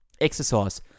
Exercise